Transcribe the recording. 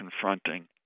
confronting